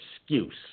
excuse